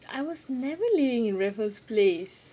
I was never living in raffles place